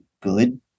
good